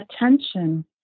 attention